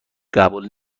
قبول